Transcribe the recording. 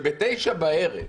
שבשעה תשעה בערב,